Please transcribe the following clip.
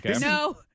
No